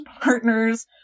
partners